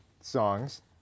songs